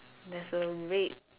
there's a red